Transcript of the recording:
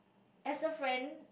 as a friend